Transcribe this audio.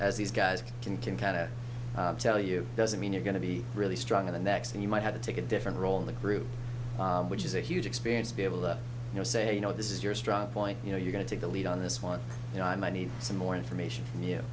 as these guys can can kind of tell you doesn't mean you're going to be really strong in the next and you might have to take a different role in the group which is a huge experience to be able to you know say you know this is your strong point you know you're going to take the lead on this one you know i need some more information from you